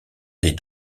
des